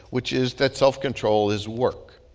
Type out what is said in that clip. which is that self-control is work.